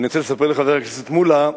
אני רוצה לספר לחבר הכנסת מולה,